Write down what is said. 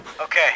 Okay